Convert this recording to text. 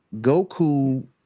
Goku